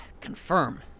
Confirm